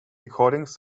recordings